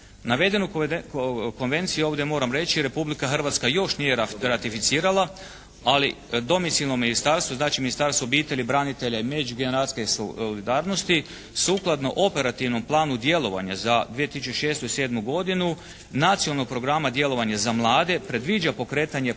Navedenu konvenciju ovdje moram reći Republika Hrvatska još nije ratificirala ali domicilno ministarstvo, znači Ministarstvo obitelji, branitelja i međugeneracijske solidarnosti sukladno operativnom planu djelovanja za 2006. i 2007. godinu Nacionalnog programa djelovanja za mlade predviđa pokretanje postupka